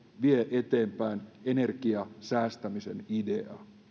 vie eteenpäin energian säästämisen ideaa tämä ei vie eteenpäin